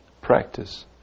practice